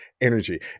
energy